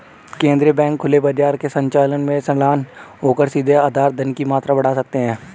केंद्रीय बैंक खुले बाजार के संचालन में संलग्न होकर सीधे आधार धन की मात्रा बढ़ा सकते हैं